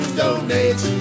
donate